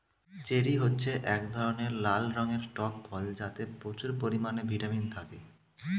cherry হচ্ছে এক ধরনের লাল রঙের টক ফল যাতে প্রচুর পরিমাণে ভিটামিন থাকে